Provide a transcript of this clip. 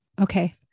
Okay